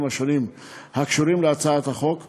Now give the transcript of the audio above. השונים הקשורים להצעת החוק וליישומה,